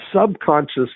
subconscious